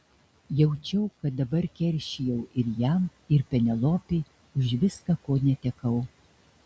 jaučiau kad dabar keršijau ir jam ir penelopei už viską ko netekau